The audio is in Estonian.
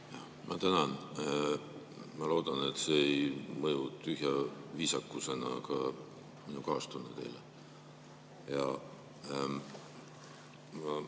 Ma tänan. Ma loodan, et see ei mõju tühja viisakusena, aga minu kaastunne teile.